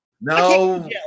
No